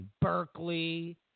Berkeley